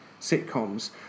sitcoms